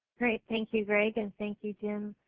great, thank you greg and thank you jim.